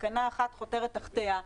תקנה (1) חותרת תחתיה.